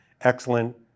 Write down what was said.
excellent